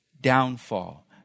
downfall